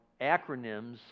acronyms